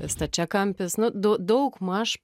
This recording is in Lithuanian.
stačiakampis nu d daugmaž